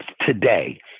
today